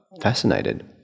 fascinated